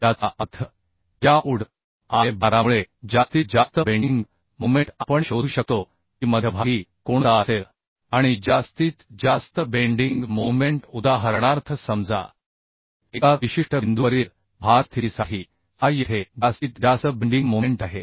याचा अर्थ या ud lभारामुळे जास्तीत जास्त बेंडिंग मोमेंट आपण शोधू शकतो की मध्यभागी कोणता असेल आणि जास्तीत जास्त बेंडिंग मोमेन्ट उदाहरणार्थ समजा एका विशिष्ट बिंदूवरील भार स्थितीसाठी हा येथे जास्तीत जास्त बेंडींग मोमेंट आहे